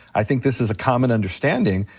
i think this is a common understanding.